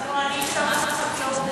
לא, אני לשר החקלאות.